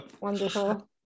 Wonderful